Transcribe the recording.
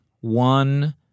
One